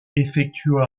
effectua